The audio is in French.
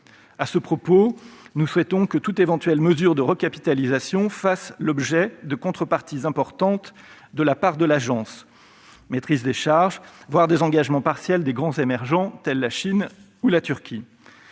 fonds propres. Nous souhaitons, du reste, que toute éventuelle mesure de recapitalisation fasse l'objet de contreparties importantes de la part de l'Agence : maîtrise des charges, voire désengagement partiel des grands pays émergents, tels que la Chine ou la Turquie.